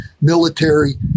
military